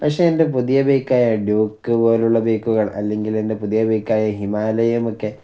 പക്ഷെ എൻ്റെ പുതിയ ബൈക്കായ ഡ്യൂക്ക് പോലുള്ള ബൈക്കുകൾ അല്ലെങ്കിൽ എൻ്റെ പുതിയ ബൈക്കായ ഹിമാലയം ഒക്കെ